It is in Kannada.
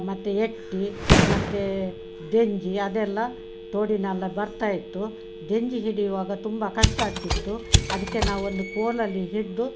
ಮತ್ತು ಎಕ್ಟಿ ಮತ್ತು ದೆಂಜಿ ಅದೆಲ್ಲ ತೋಡಿನಲ್ಲಿ ಬರುತ್ತಾ ಇತ್ತು ದೆಂಜಿ ಹಿಡಿಯುವಾಗ ತುಂಬ ಕಷ್ಟ ಆಗ್ತಿತ್ತು ಅದಕ್ಕೆ ನಾವೊಂದು ಕೋಲಲ್ಲಿ ಹಿಡಿದು